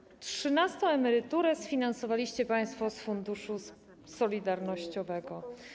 Trzynastą emeryturę sfinansowaliście państwo z Funduszu Solidarnościowego.